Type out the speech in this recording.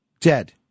Dead